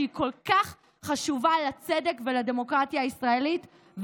שהיא כל כך חשובה לצדק ולדמוקרטיה הישראלית,